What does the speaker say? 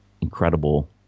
incredible